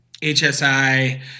HSI